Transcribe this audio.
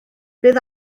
bydd